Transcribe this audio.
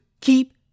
keep